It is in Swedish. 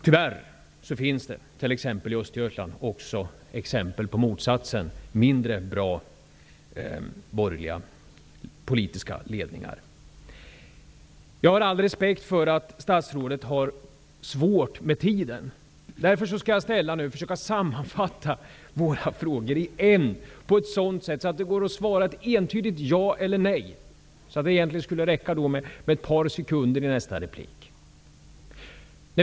Tyvärr finns det t.ex. i Östergötland också exempel på motsatsen, dvs. mindre bra politiska ledningar. Jag har all respekt för att statsrådet har ont om tid. Därför skall jag försöka sammanfatta våra frågor i en, så att det går att svara ett entydigt ja eller nej. Då skulle det egentligen räcka med ett par sekunder i nästa replik.